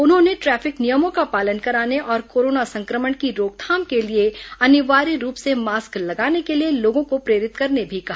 उन्होंने ट्रैफिक नियमों का पालन कराने और कोरोना संक्रमण की रोकथाम के लिए अनिवार्य रूप से मास्क लगाने के लिए लोगों को प्रेरित करने भी कहा